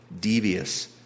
devious